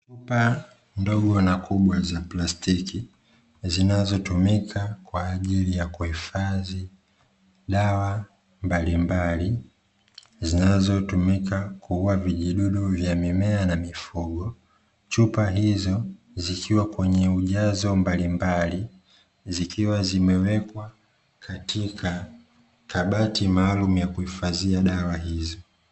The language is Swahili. Chupa ndogo na kubwa za plastiki, zinazotumika kwa ajili ya kuhifadhi dawa mbalimbali, zinazotumika kuuwa vijidudu vya mimea na mifugo. chupa hizo zikiwa kwenye ujazo mbalimbali, zikiwa zimewekwa katika kabati maalumu ya kuhifadhia dawa hizo.